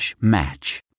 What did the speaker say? match